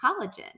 collagen